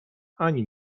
ani